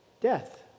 Death